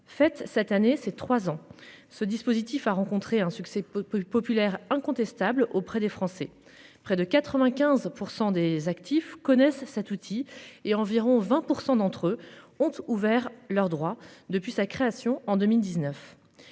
fête cette année ses trois ans. Ce dispositif a rencontré un succès. Populaire incontestable auprès des Français. Près de 95% des actifs connaissent ça Tutti et environ 20% d'entre eux ont ouvert leurs droits depuis sa création en 2019.